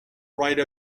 write